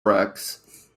wrecks